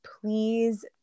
please